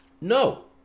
No